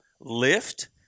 lift